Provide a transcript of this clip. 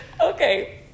okay